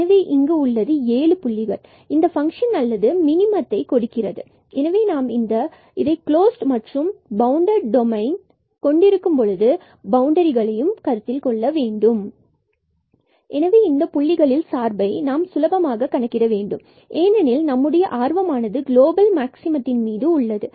எனவே இங்கு உள்ளது 7 புள்ளிகள் இந்த பங்க்ஷன் அல்லது மினிமமத்தைக் கொடுக்கிறது எனவே நாம் இந்த க்ளோஸ்ட் மற்றும் பவுண்டட் டொமைனை கொண்டிருக்கும் பொழுது பவுண்டரிகளையும் கருத்தில் கொள்ள வேண்டும் எனவே இங்கு இந்தப் புள்ளிகளில் சார்பை நாம் சுலபமாக கணக்கிட வேண்டும் ஏனெனில் நம்முடைய ஆர்வம் ஆனது கிலோபல் மார்க்சிமத்தின் மீது உள்ளது